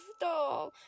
doll